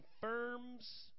confirms